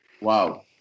Wow